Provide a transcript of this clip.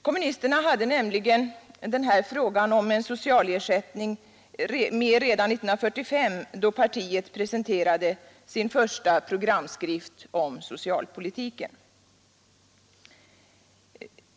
Kommunisterna hade med frågan om en socialersättning redan 1945, då partiet presenterade sin första programskrift om socialpolitiken.